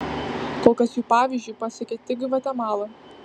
kol kas jų pavyzdžiu pasekė tik gvatemala